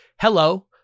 Hello